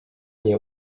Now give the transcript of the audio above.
nie